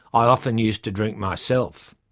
i often used to drink myself.